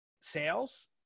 sales